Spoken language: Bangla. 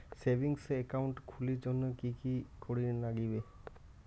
সেভিঙ্গস একাউন্ট খুলির জন্যে কি কি করির নাগিবে?